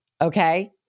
okay